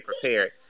prepared